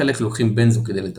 חלק לוקחים בנזו' כדי לטפל.